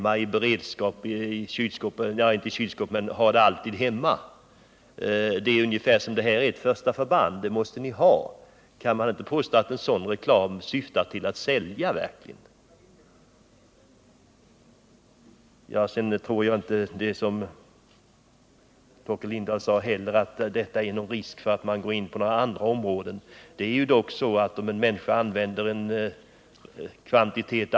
Man framställer det alltså som om vinet i fråga skulle utgöra ett första förband, som alltid bör finnas tillgängligt. Kan man verkligen påstå att en sådan reklam inte syftar till att sälja? Jag tror inte att ett reklamförbud på detta område innebär, vilket Torkel Lindahl antydde, risk för reklamförbud också mot andra varor.